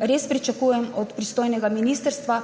Res pričakujem od pristojnega ministrstva,